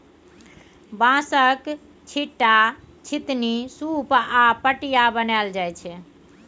बाँसक, छीट्टा, छितनी, सुप आ पटिया बनाएल जाइ छै